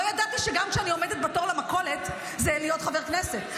לא ידעתי שגם כשאני עומדת בתור למכולת זה להיות חבר הכנסת.